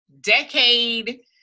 decade